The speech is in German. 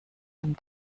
dem